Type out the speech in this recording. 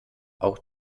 auch